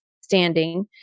standing